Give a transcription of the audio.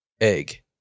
egg